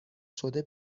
شده